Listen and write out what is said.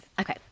Okay